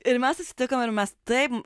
ir mes susitikom ir mes taip